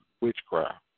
witchcraft